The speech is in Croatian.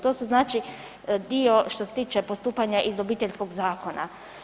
To su znači dio što se tiče postupanja iz Obiteljskog zakona.